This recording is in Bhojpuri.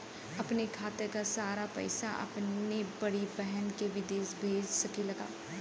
अपने खाते क सारा पैसा अपने बड़ी बहिन के विदेश भेज सकीला का?